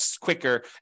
quicker